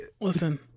Listen